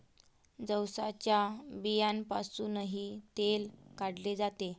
जवसाच्या बियांपासूनही तेल काढले जाते